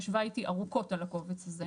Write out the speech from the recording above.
ישבה איתי ארוכות על הקובץ הזה.